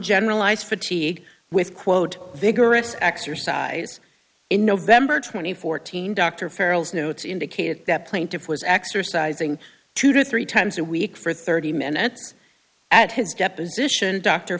generalized fatigue with quote vigorous exercise in nov twenty four team doctor ferals notes indicate that plaintiff was exercising two to three times a week for thirty minutes at his deposition dr